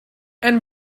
and